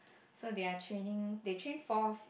so they are training they train fourth